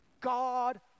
God